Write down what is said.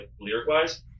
lyric-wise